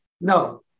no